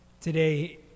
today